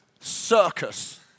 circus